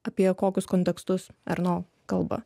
apie kokius kontekstus erno kalba